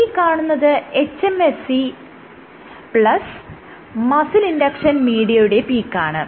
ഈ കാണുന്നത് hMSCമസിൽ ഇൻഡക്ഷൻ മീഡിയയുടെ പീക്കാണ്